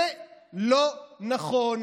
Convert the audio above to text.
זה לא נכון,